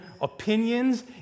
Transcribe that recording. opinions